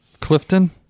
Clifton